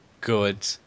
good